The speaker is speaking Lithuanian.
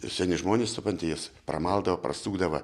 seni žmonės sukant jas pramaldavo prasukdavo